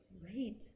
great